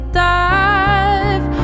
dive